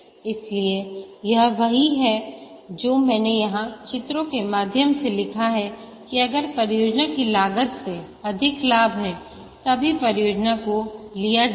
इसलिए यह वही है जो मैंने यहाँ चित्रों के माध्यम से लिखा है कि अगर परियोजना की लागत से अधिक लाभ हैं तभी परियोजना को लिया जाएगा